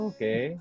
Okay